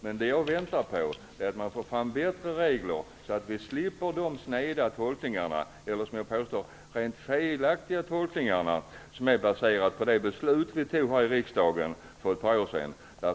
Men det jag väntar på är att man tar fram bättre regler, så att vi slipper de sneda tolkningarna, eller de som jag vill påstå rent felaktiga tolkningarna, som är baserade på det beslut vi fattade här i riksdagen för ett par år sedan.